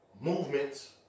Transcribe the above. movements